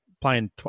playing